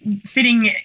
fitting